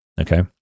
okay